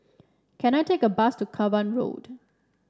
can I take a bus to Cavan Road